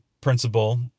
principle